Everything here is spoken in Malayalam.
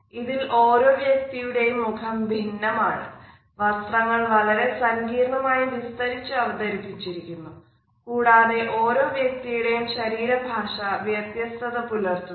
ഇതിൽ ഓരോ വ്യക്തിയുടെയും മുഖം ഭിന്നമാണ് വസ്ത്രങ്ങൾ വളരെ സങ്കീർണമായി വിസ്തരിച്ചു അവതരിപ്പിച്ചിരിക്കുന്നു കൂടാതെ ഓരോ വ്യക്തിയുടെയും ശരീര ഭാഷ വ്യത്യസ്തത പുലർത്തുന്നു